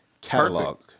catalog